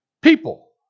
People